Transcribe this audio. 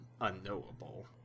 unknowable